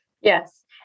Yes